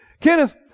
Kenneth